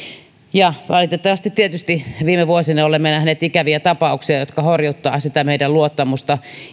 valitettavasti tietysti viime vuosina olemme nähneet ikäviä tapauksia jotka horjuttavat sitä meidän luottamustamme